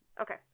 Okay